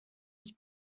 was